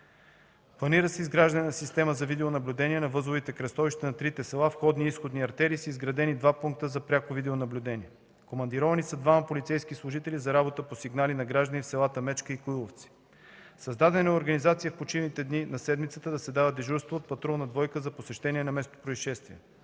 планира се изграждане на система за видеонаблюдение на възловите кръстовища на трите села, входни и изходни артерии с изградени два пункта за пряко видеонаблюдение; - командировани са двама полицейски служители за работа по сигнали на граждани в селата Мечка и Коиловци; - създадена е организация в почивните дни на седмицата да се дават дежурства от патрулна двойка за посещение на местопроизшествията;